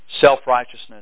self-righteousness